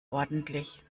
ordentlich